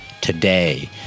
today